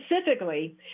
specifically